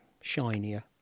shinier